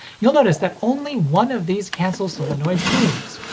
you'll notice that only one of these cancel solenoids moves.